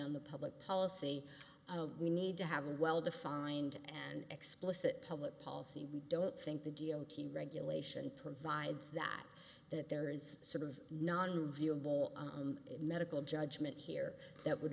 on the public policy we need to have a well defined and explicit public policy we don't think the d o t regulation provides that that there is sort of nonviable medical judgment here that would